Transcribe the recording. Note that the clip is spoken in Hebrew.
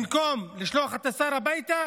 במקום לשלוח את השר הביתה